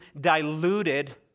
diluted